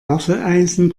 waffeleisen